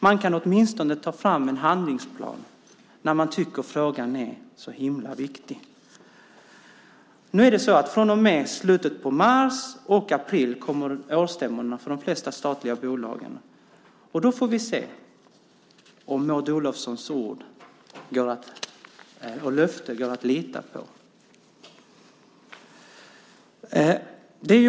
Man kan åtminstone ta fram en handlingsplan när man tycker att frågan är så viktig. Från och med slutet på mars och april kommer årsstämmorna för de flesta statliga bolagen, och då får vi se om Maud Olofssons ord och löften går att lita på.